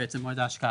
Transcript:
בעצם מועד ההשקעה,